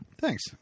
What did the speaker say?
Thanks